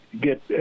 get